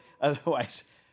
otherwise